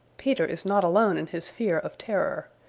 peter is not alone in his fear of terror.